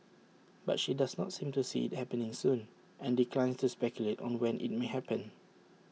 but she does not seem to see IT happening soon and declines to speculate on when IT may happen